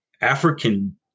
African